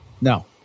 No